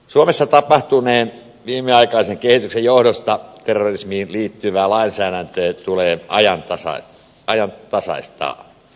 suomessa tapahtuneen viimeaikaisen kehityksen johdosta terrorismiin liittyvää lainsäädäntöä tulee ajantasaistaa